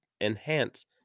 enhance